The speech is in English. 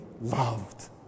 loved